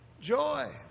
Joy